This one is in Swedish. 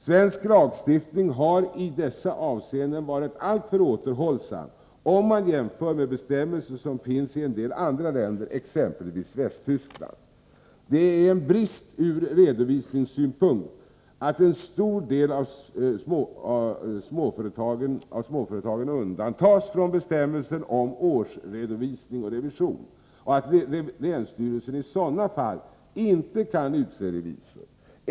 Svensk lagstiftning har i dessa avseenden varit alltför återhållsam, om man jämför med bestämmelser som finns i en del andra länder, exempelvis Västtyskland. Det är en brist ur redovisningssynpunkt att en stor del av småföretagen undantas från bestämmelsen om årsredovisning och revision och att länsstyrelsen i sådana fall inte kan utse revisor.